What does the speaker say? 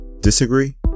Disagree